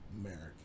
American